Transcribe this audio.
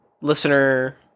listener